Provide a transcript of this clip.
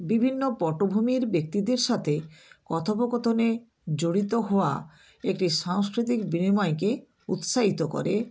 বিভিন্ন পটভূমির ব্যক্তিদের সাথে কথোপকথনে জড়িত হওয়া একটি সাংস্কৃতিক বিনিময়কে উৎসাহিত করে